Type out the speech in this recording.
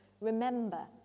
Remember